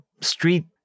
street